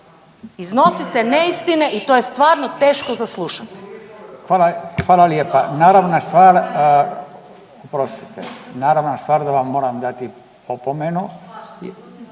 Iznosite neistine i to je stvarno teško za slušati. **Radin, Furio (Nezavisni)** Hvala lijepa. Naravna stvar, oprostite. Naravna stvar da vam moram dati opomenu